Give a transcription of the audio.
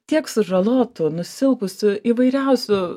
tiek sužalotų nusilpusių įvairiausių